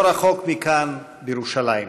לא רחוק מכאן, בירושלים.